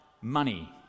money